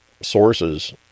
sources